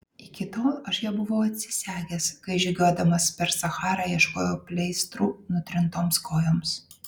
iki tol aš ją buvau atsisegęs kai žygiuodamas per sacharą ieškojau pleistrų nutrintoms kojoms